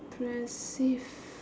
~pressive